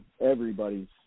everybody's